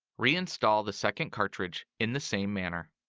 reinstall the second cartridge in the same manner.